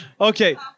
okay